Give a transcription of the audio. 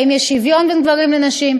האם יש שוויון בין גברים לנשים,